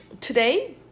today